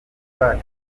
bacu